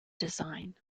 design